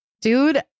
Dude